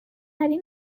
این